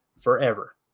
forever